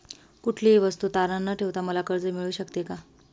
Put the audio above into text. कुठलीही वस्तू तारण न ठेवता मला कर्ज मिळू शकते का?